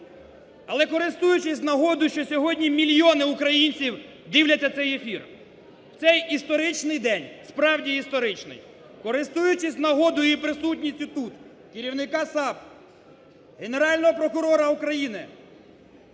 Але користуючись нагодою, що сьогодні мільйони українців дивляться цей ефір, в цей історичний день, справді історичний, користуючись нагодою і присутністю тут керівника САП, Генерального прокурора України,